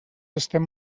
estem